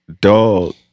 Dog